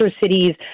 cities